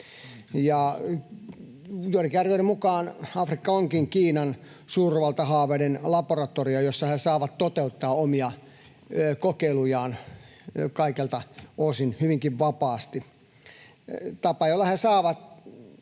arvioiden mukaan Afrikka onkin Kiinan suurvaltahaaveiden laboratorio, jossa he saavat toteuttaa omia kokeilujaan kaikelta osin hyvinkin vapaasti.